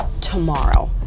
tomorrow